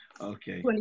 Okay